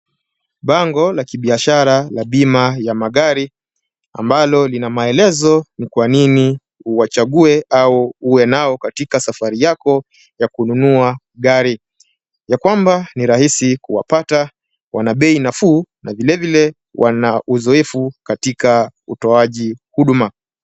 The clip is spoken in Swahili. Bango la kibiashara la bima ya magari, ambalo lina maelezo ni kwanini uwachague au uwe nao katika safari yako ya kununua gari. Ya kwamba ni rahisi kuwapata, wana bei nafuu na vilevile wana uzoefu katika utoaji huduma.